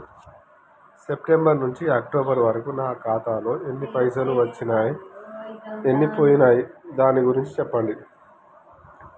September నుంచి October వరకు నా ఖాతాలో ఎన్ని పైసలు వచ్చినయ్ ఎన్ని పోయినయ్ దాని గురించి చెప్పండి?